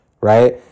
right